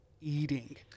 eating